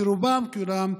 שרובם ככולם,